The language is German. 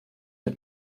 mit